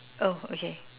oh okay